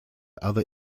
other